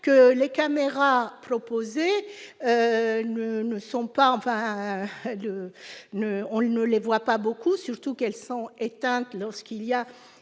que les caméras proposé ne ne sont pas, on va, on ne les voit pas beaucoup, surtout qu'elles sont éteintes, lorsqu'il y a